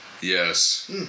Yes